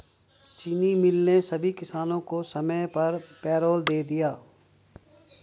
चीनी मिल ने सभी किसानों को समय पर पैरोल दे दिया